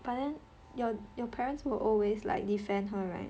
but then your your parents will always like defend her right